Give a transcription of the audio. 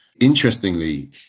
Interestingly